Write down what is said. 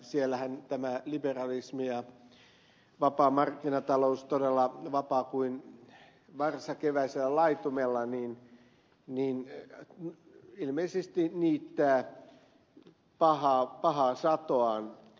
siellähän tämä liberalismi ja vapaa markkinatalous todella vapaa kuin varsa keväisellä laitumella ilmeisesti niittää pahaa satoaan